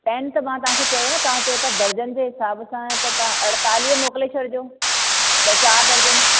pen त मां तव्हांखे चओ न तव्हां चओ तव्हां दर्जन जे हिसाब सां त तव्हां अठेतालीह मोकिले छॾिजो त चारि दर्जन